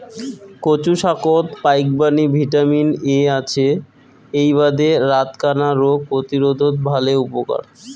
কচু শাকত ফাইকবাণী ভিটামিন এ আছে এ্যাই বাদে রাতকানা রোগ প্রতিরোধত ভালে উপকার